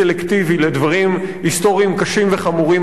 לדברים היסטוריים קשים וחמורים אחרים,